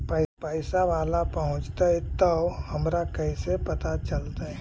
पैसा बाला पहूंचतै तौ हमरा कैसे पता चलतै?